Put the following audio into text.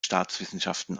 staatswissenschaften